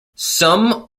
some